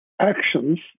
actions